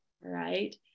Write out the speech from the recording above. right